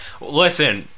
Listen